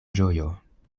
ĝojo